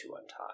untie